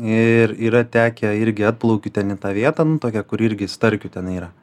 ir yra tekę irgi atplaukiu ten į tą vietą nu tokia kur irgi starkių ten yra